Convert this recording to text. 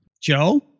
Joe